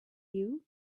you